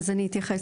אז אני אתייחס.